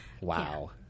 Wow